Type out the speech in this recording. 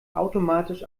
automatisch